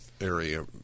area